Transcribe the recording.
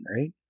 Right